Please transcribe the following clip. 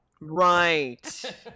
Right